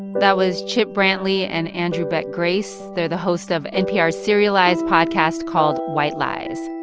that was chip brantley and andrew beck grace. they're the hosts of npr's serialized podcast called white lies